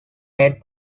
made